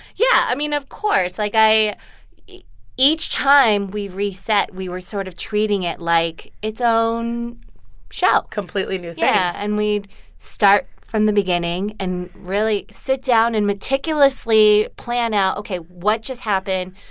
yeah, i mean, of course. like, i each time we reset, we were sort of treating it like its own show completely new thing yeah. and we'd start from the beginning and really sit down and meticulously plan out, ok, what just happened?